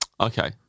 Okay